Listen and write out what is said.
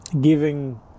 giving